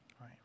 right